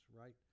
right